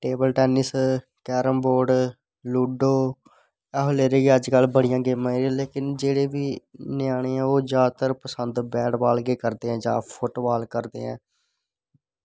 table tennis carrom board ludo अजकल बड़ियां गेमां लेकिन जेह्ड़े बी ञ्यानें न ओह् जैदातर पसंद बैट बॉल ई करदे ऐ जां फुटबॉल करदे आं